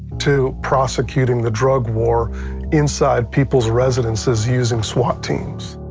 to prosecuting the drug war inside people's residences using swat teams.